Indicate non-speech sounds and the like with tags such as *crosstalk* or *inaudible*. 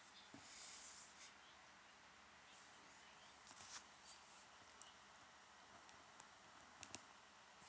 *breath*